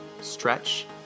stretch